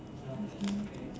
okay